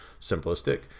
simplistic